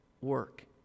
work